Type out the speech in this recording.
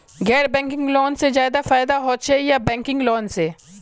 गैर banking loan से ज्यादा फायदा होचे या बैंकिंग लोन से?